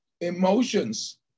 emotions